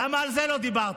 למה על זה לא דיברת?